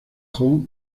jones